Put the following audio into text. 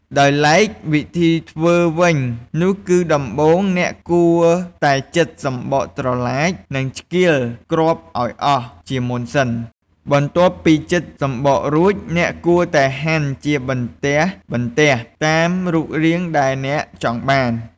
ដោយឡែកវិធីធ្វើវិញនោះគឺ ដំបូង អ្នកគួរតែចិតសំបកត្រឡាច និងឆ្កៀលគ្រាប់ឱ្យអស់ជាមុនសិន។ បន្ទាប់ពីចិតសំបករួច អ្នកគួរតែហាន់វាជាបន្ទះៗ តាមរូបរាងដែលអ្នកចង់បាន។